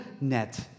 net